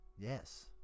Yes